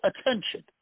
attention